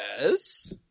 Yes